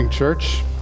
Church